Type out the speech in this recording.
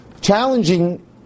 challenging